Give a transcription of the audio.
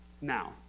now